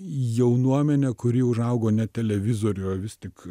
jaunuomenę kuri užaugo ne televizorių vis tik